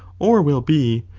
or wul be,